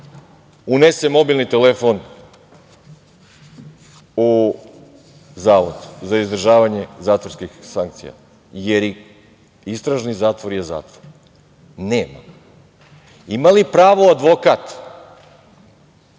unese mobilni telefon u zavod za izdržavanje zatvorskih sankcija, jer i istražni zatvor je zatvor? Nema. Ima li pravo advokat